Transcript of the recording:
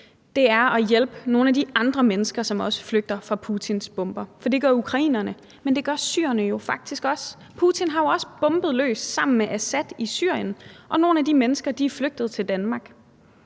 ved, er at hjælpe nogle af de andre mennesker, som også flygter fra Putins bomber. For det gør ukrainerne, men det gør syrerne jo faktisk også. Putin har jo også bombet løs sammen med Assad i Syrien, og nogle af de mennesker, det er gået ud over,